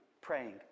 praying